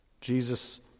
Jesus